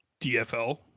DFL